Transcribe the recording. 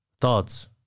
thoughts